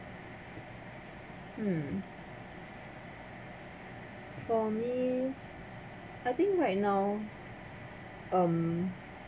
mm for me I think right now um